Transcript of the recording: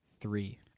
Three